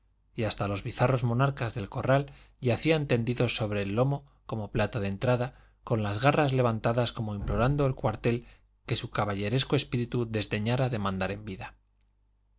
y hasta los bizarros monarcas del corral yacían tendidos sobre el lomo como plato de entrada con las garras levantadas como implorando el cuartel que su caballeresco espíritu desdeñara demandar en vida